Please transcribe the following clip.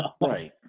Right